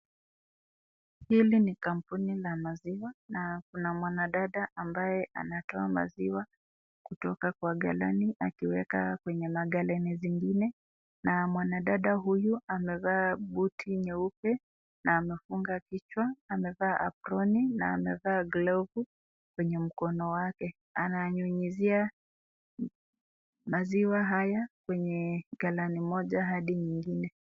Hili ni kampuni la maziwa na kunawadada ambaye anatoa maziwa kutoka kwa kalani kuweka kwenye makalani zingine na mwanadada anavaa budi nyeupe na amefunga kichwa na amevaa aproni na amevaa glovu kwenye mkono wake ananyunyusia maziwa Kwenye kalani moja hadi nyingine.